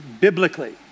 biblically